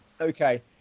Okay